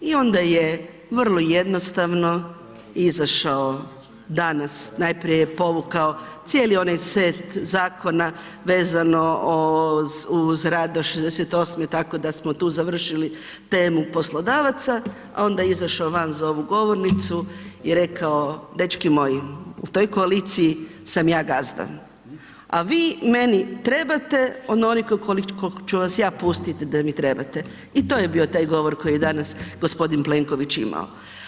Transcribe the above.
I onda je vrlo jednostavno izašao danas, najprije je povukao cijeli onaj set zakona vezano o, uz rad do 68 tako da smo tu završili temu poslodavaca, a onda je izašao van za ovu govornicu i rekao, dečki moji u toj koaliciji sam ja gazda, a vi meni trebate onoliko koliko ću vas ja pustiti da mi trebate i to je bio taj govor koji je danas gospodin Plenković imao.